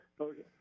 Okay